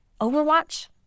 Overwatch